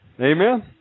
Amen